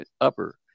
upper